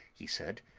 he said,